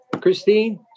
Christine